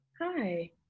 Hi